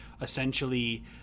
essentially